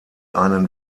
einen